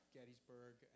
Gettysburg